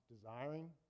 desiring